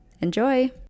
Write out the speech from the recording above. Enjoy